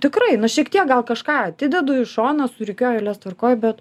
tikrai nu šiek tiek gal kažką atidedu į šoną surikiuoju eilės tvarkoj bet